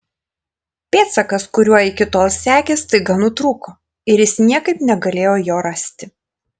pėdsakas kuriuo iki tol sekė staiga nutrūko ir jis niekaip negalėjo jo rasti